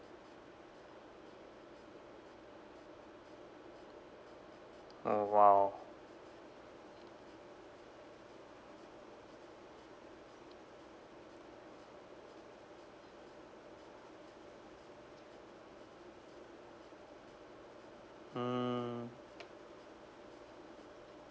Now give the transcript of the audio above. oh !wow! mm